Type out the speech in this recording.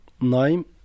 name